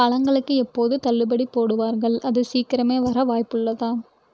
பழங்களுக்கு எப்போது தள்ளுபடி போடுவார்கள் அது சீக்கிரமே வர வாய்ப்புள்ளதா